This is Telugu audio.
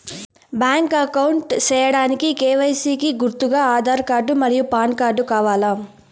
బ్యాంక్ అకౌంట్ సేయడానికి కె.వై.సి కి గుర్తుగా ఆధార్ కార్డ్ మరియు పాన్ కార్డ్ కావాలా?